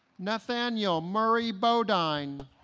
nathanael murray bodine